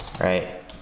right